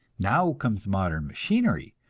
now comes modern machinery,